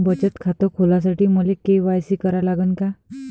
बचत खात खोलासाठी मले के.वाय.सी करा लागन का?